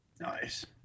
Nice